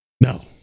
No